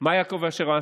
מה יעקב אשר עשה?